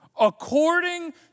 According